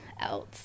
else